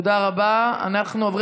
אם אתה בעד אז להעביר